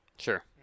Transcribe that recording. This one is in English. sure